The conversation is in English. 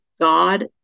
God